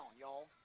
y'all